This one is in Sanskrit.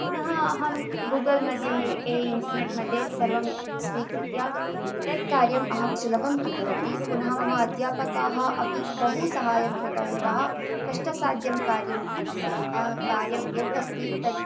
पुनः अहं गूगल् मध्ये ये इण्टर्नेट् मध्ये सर्वं स्वीकृत्य तत् कार्यम् अहं सुलभं कृतवती पुनः मम अध्यापकाः अपि बहु सहाय्यं कृतवन्तः कष्टसाध्यं कार्यं कार्यं यदस्ति तत्